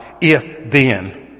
If-then